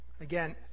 again